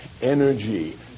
energy